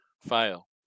file